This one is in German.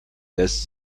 lässt